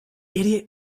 idiot